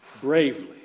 bravely